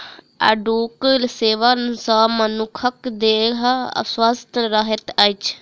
आड़ूक सेवन सॅ मनुखक देह स्वस्थ रहैत अछि